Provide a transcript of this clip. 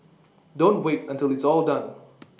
don't wait until it's all done